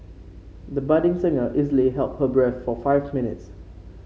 the budding singer easily held her breath for five minutes